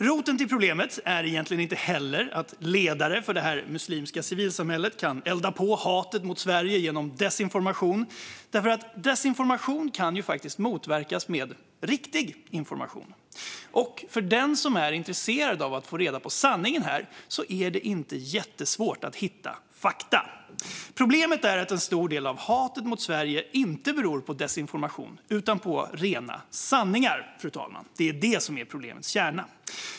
Roten till problemet är egentligen inte heller att ledare för detta muslimska civilsamhälle kan elda på hatet mot Sverige genom desinformation. Desinformation kan nämligen motverkas med riktig information. Och för den som är intresserad av att få reda på sanningen här är det inte jättesvårt att hitta fakta. Problemet är att en stor del av hatet mot Sverige inte beror på desinformation utan på rena sanningar, fru talman. Det är detta som är problemets kärna.